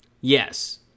Yes